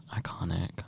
Iconic